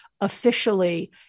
officially